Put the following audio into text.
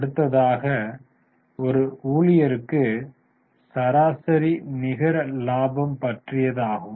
அடுத்ததாக ஒரு ஊழியருக்கு சராசரி நிகர லாபம் பற்றியதாகும்